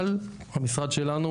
אבל המשרד שלנו